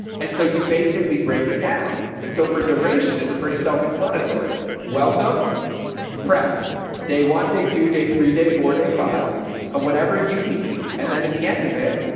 and so you basically break it down. and so for duration, it's pretty, self-explanatory welcome prep day one day, two day, three day, four day five or whatever you need. and then at the end of it,